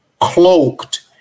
cloaked